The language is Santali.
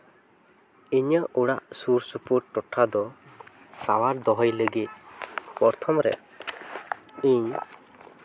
ᱤᱧᱟᱹᱜ ᱚᱲᱟᱜ ᱥᱩᱨᱼᱥᱩᱯᱩᱨ ᱴᱚᱴᱷᱟ ᱫᱚ ᱥᱟᱶᱟᱨ ᱫᱚᱦᱚᱭ ᱞᱟᱹᱜᱤᱫ ᱯᱨᱚᱛᱷᱚᱢ ᱨᱮ ᱤᱧ